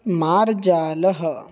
मार्जालः